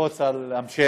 ללחוץ על המשך.